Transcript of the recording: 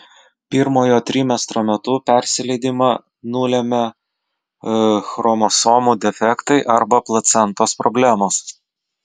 pirmojo trimestro metu persileidimą nulemia chromosomų defektai arba placentos problemos